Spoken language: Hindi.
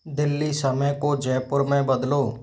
दिल्ली समय को जयपुर में बदलो